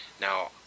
Now